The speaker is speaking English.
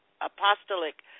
Apostolic